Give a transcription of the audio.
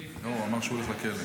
לא, הוא אמר שהוא הולך לכלא.